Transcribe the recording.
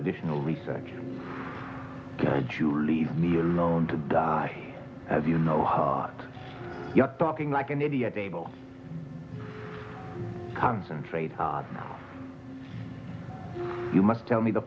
additional research to leave me alone to die as you know heart you're talking like an idiot able concentrate you must tell me the